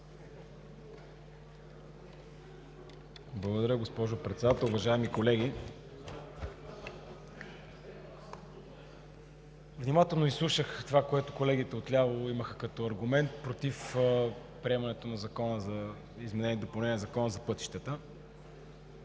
Благодаря, госпожо Председател. Уважаеми колеги! Внимателно изслушах това, което колегите от ляво имаха като аргумент против приемането на Закона за изменение и допълнение на Закона за пътищата